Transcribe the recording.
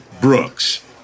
Brooks